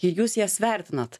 jei jūs jas vertinat